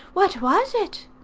what was it?